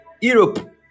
Europe